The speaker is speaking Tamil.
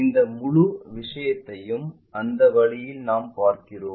இந்த முழு விஷயத்தையும் அந்த வழியில் நாம் பார்ப்போம்